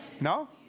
No